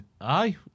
Aye